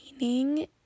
Meaning